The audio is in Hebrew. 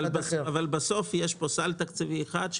אבל בסוף יש פה סל תקציבי אחד,